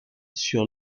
sur